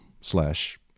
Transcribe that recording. slash